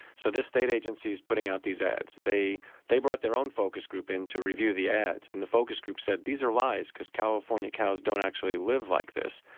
so this state agency is putting out these ads. they they brought their own focus group in to review the ads, and the focus group said, these are lies, because california cows don't actually live like this.